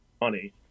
money